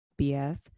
BS